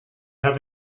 have